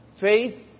Faith